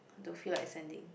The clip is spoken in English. don't feel like sending